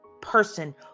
person